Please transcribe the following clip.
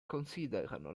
considerano